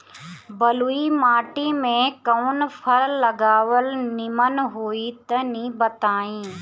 बलुई माटी में कउन फल लगावल निमन होई तनि बताई?